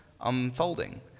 unfolding